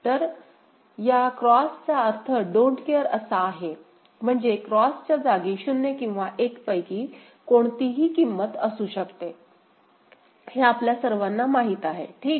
तर या X चा अर्थ डोन्ट केअर don't care असा आहे म्हणजे X च्या जागी 0 किंवा 1 पैकी कोणतीही किंमत असू शकते हे आपल्या सर्वांना हे माहित आहेठीक